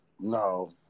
No